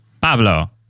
Pablo